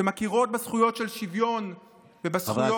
שמכירות בזכויות של שוויון ובזכויות של מיעוטים.